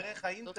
יפה, דרך האינטרנט